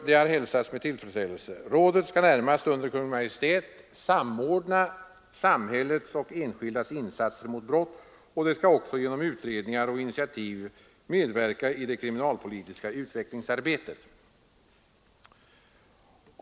Det har hälsats med tillfredsställelse. Rådet skall närmast under Kungl. Maj:t samordna samhällets och enskildas insatser mot brott, och det skall också genom utredningar och initiativ medverka i det kriminalpolitiska utvecklingsarbetet.